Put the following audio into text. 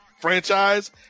franchise